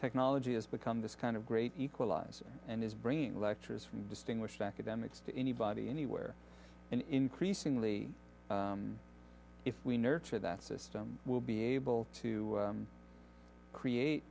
technology has become this kind of great equalizer and is bringing lectures from distinguished academics to anybody anywhere increasingly if we nurture that system will be able to create